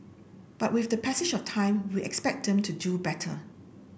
but with the passage of time we expect them to do better